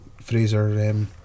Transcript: Fraser